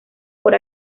por